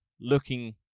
looking